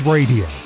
Radio